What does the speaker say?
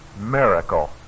miracle